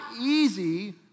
easy